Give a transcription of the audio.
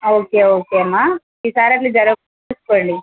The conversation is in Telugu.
ఓకే ఓకే అమ్మా ఈ సారి ఇట్లా జరగ్గకుండా చూసుకోండి